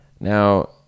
Now